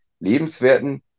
lebenswerten